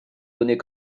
données